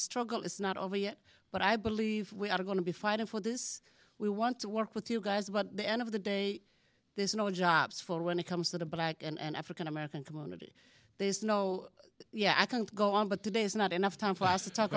struggle it's not over yet but i believe we are going to be fighting for this we want to work with you guys about the end of the day there's no jobs for when it comes to the black and african american community there's no yeah i could go on but today is not enough time for us to talk